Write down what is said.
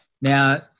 Now